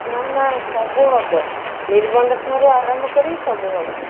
ନା ନା ସବୁ ହେବ ନିର୍ବନ୍ଧ ଠାରୁ ଆରମ୍ଭ କରିକି ସବୁ ହେବ